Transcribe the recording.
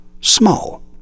small